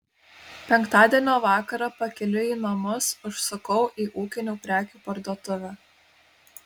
penktadienio vakarą pakeliui į namus užsukau į ūkinių prekių parduotuvę